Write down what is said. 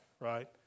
right